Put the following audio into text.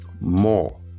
more